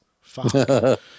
Fuck